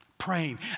praying